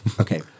Okay